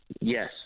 Yes